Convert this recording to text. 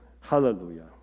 Hallelujah